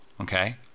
okay